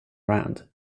round